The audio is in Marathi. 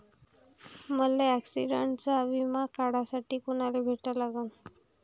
मले ॲक्सिडंटचा बिमा काढासाठी कुनाले भेटा लागन?